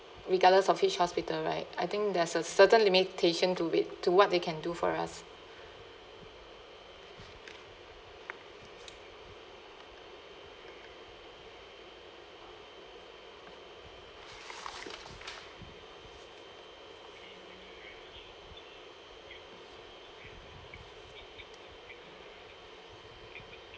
regardless of which hospital right I think there's a certain limitations to it to what they can do for us